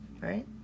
Right